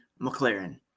McLaren